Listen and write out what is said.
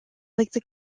like